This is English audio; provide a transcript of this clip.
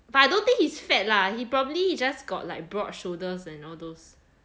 but I don't think he's fat lah he probably just got like broad shoulders and all those